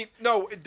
no